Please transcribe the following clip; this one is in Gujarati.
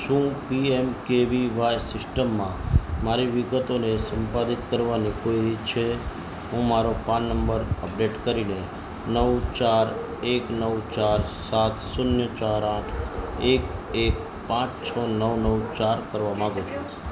શું પીએમકેવીવાય સિસ્ટમમાં મારી વિગતોને સંપાદિત કરવાની કોઈ રીત છે હું મારો પાન નંબર અપડેટ કરીને નવ ચાર એક નવ ચાર સાત શૂન્ય ચાર આઠ એક એક પાંચ છો નવ નવ ચાર કરવા માંગુ છું